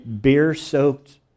beer-soaked